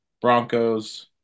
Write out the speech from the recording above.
Broncos